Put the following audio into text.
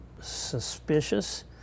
suspicious